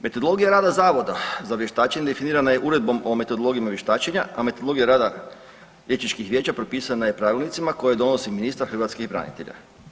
Metodologija rada Zavoda za vještačenje definirana je uredbom o metodologijama vještačenja, a metodologija rada liječničkih vijeća propisana je pravilnicima koje donosi ministar hrvatskih branitelja.